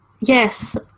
Yes